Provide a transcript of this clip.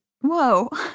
Whoa